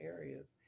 areas